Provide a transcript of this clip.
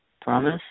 Promise